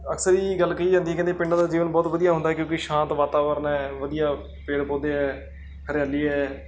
ਅਕਸਰ ਹੀ ਗੱਲ ਕਹੀ ਜਾਂਦੀ ਹੈ ਕਹਿੰਦੇ ਪਿੰਡਾਂ ਦਾ ਜੀਵਨ ਬਹੁਤ ਵਧੀਆ ਹੁੰਦਾ ਹੈ ਕਿਉਂਕਿ ਸ਼ਾਂਤ ਵਾਤਾਵਰਨ ਹੈ ਵਧੀਆ ਪੇੜ ਪੌਦੇ ਹੈ ਹਰਿਆਲੀ ਹੈ